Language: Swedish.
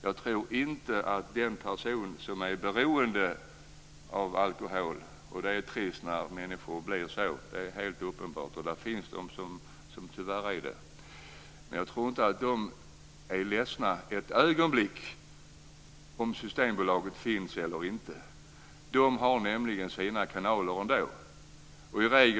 Det är trist när människor blir beroende av alkohol, det är helt uppenbart. Det finns de som tyvärr blir det. Men jag tror inte att de är ledsna ett ögonblick om Systembolaget finns eller inte. De har nämligen sina kanaler ändå.